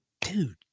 dude